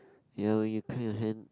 ya when you clear your hand